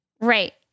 right